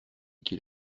qu’il